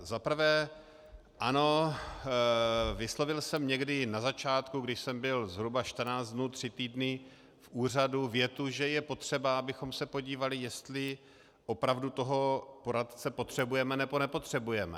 Za prvé ano, vyslovil jsem někdy na začátku, když jsem byl zhruba čtrnáct dnů, tři týdny v úřadu, větu, že je potřeba, abychom se podívali, jestli opravdu poradce potřebujeme, nebo nepotřebujeme.